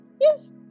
Yes